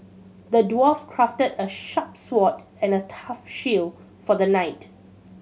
the dwarf crafted a sharp sword and a tough shield for the knight